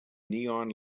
neon